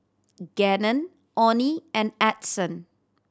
Gannon Onnie and Edson